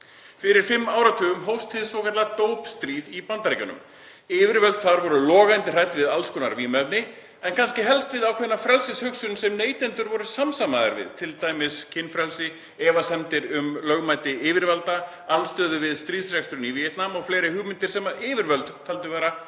Fyrir fimm áratugum hófst hið svokallaða dópstríð í Bandaríkjunum. Yfirvöld þar voru logandi hrædd við alls konar vímuefni en kannski helst við ákveðna frelsishugsun sem neytendur voru samsamaðir við, t.d. kynfrelsi, efasemdir um lögmæti yfirvalda, andstaða við stríðsreksturinn í Víetnam og fleiri hugmyndir sem yfirvöld töldu vera hættulegar.